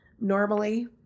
normally